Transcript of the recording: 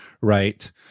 right